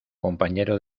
compañero